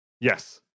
Yes